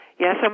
Yes